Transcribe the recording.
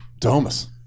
Thomas